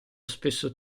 spesso